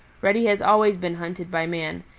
reddy has always been hunted by man,